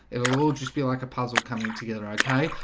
it'll all just be like a puzzle coming together okay,